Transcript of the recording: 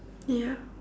ya